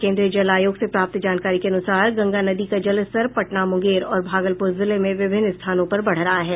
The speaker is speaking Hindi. केन्द्रीय जल आयोग से प्राप्त जानकारी के अनुसार गंगा नदी का जलस्तर पटना मुंगेर और भागलपुर जिले में विभिन्न स्थानों पर बढ़ रहा है